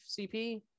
CP